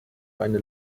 eine